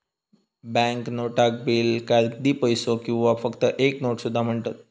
bank नोटाक bill, कागदी पैसो किंवा फक्त एक नोट सुद्धा म्हणतत